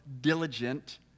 diligent